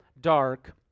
dark